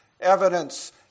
Evidence